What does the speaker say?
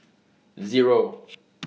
Zero